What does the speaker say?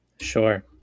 Sure